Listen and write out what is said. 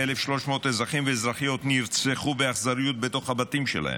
1,300 אזרחים ואזרחיות נרצחו באכזריות בתוך הבתים שלהם,